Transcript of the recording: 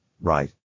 right